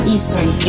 Eastern